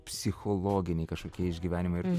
psichologiniai kažkokie išgyvenimai ir